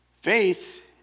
faith